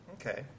Okay